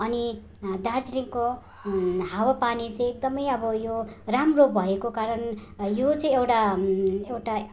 अनि दार्जिलिङको हावापानी चाहिँ एकदमै अब यो राम्रो भएको कारण यो चाहिँ एउटा एउटा